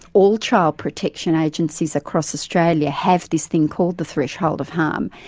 all child protection agencies across australia have this thing called the threshold of harm.